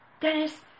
Dennis